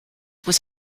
was